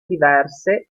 diverse